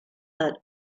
but